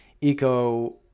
eco